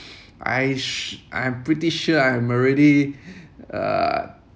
I shou~ I'm pretty sure I'm already uh